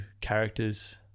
characters